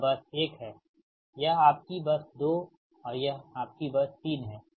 यह बस एक है यह आपकी बस 2 और यह आपकी बस 3 है